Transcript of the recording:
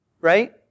Right